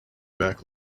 back